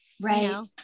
Right